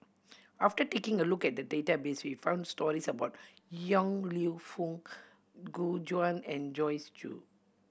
after taking a look at the database we found stories about Yong Lew Foong Gu Juan and Joyce Jue